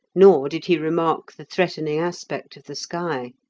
nor did he remark the threatening aspect of the sky.